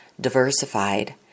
diversified